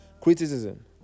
criticism